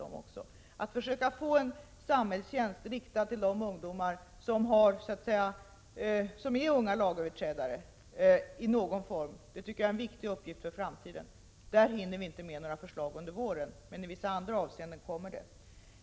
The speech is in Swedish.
Det är en viktig uppgift för framtiden att finna någon form av samhällstjänst som är riktad just till de unga lagöverträdarna. Där hinner vi inte lägga fram några förslag under våren, men förslag i vissa andra avseenden kommer att framläggas.